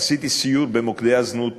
עשיתי סיור במוקדי הזנות